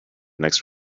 next